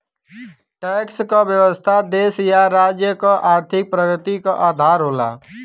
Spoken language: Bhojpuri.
टैक्स क व्यवस्था देश या राज्य क आर्थिक प्रगति क आधार होला